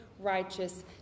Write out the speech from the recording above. righteous